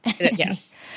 Yes